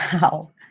wow